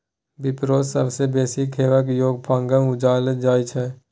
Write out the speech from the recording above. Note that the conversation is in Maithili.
बिसपोरस सबसँ बेसी खेबाक योग्य फंगस उपजाएल जाइ छै